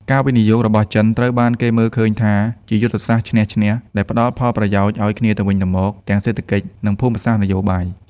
ការវិនិយោគរបស់ចិនត្រូវបានគេមើលឃើញថាជាយុទ្ធសាស្ត្រ "ឈ្នះ-ឈ្នះ" ដែលផ្ដល់ផលប្រយោជន៍ឱ្យគ្នាទៅវិញទៅមកទាំងសេដ្ឋកិច្ច និងភូមិសាស្ត្រនយោបាយ។